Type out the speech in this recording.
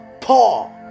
Paul